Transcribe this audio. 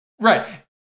right